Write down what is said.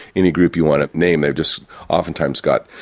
any group you want to name, they've just oftentimes got,